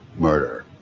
murder,